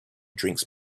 drinks